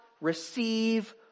receive